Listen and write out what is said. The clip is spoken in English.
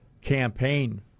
campaign